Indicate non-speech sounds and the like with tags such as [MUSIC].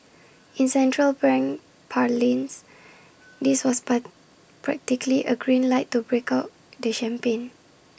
in central bank parlance this was [UNINTELLIGIBLE] practically A green light to break out the champagne